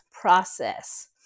process